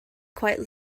quite